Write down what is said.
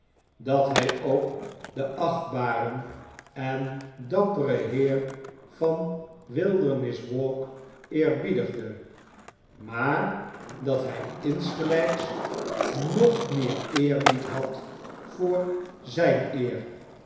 dat hy ook den achtbaren en dapperen heer van wilderness walk eerbiedigde maar dat hy insgelyks nog meer eerbied had voor zyn eer